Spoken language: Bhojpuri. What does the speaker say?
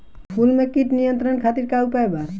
फूल में कीट नियंत्रण खातिर का उपाय बा?